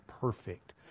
perfect